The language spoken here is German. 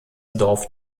dorf